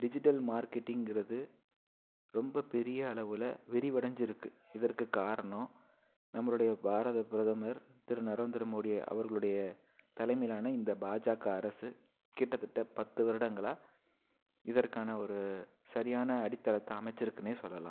digital மார்க்கெட்டிங்கறது ரொம்ப பெரிய அளவில் விரிவடைஞ்சிருக்கு இதற்கு காரணம் நம்மளுடைய பாரத பிரதமர் திரு நரேந்தர மோடி அவர்களுடைய தலைமையிலான இந்த பாஜாகா அரசு கிட்டத்தட்ட பத்து வருடங்களாக இதற்கான ஒரு சரியான அடித்தளத்தை அமைச்சுருக்குனே சொல்லலாம்